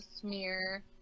smear